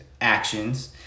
actions